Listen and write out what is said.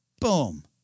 Boom